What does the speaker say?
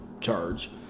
charge